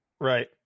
right